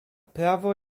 prawo